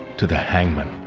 to the hangman.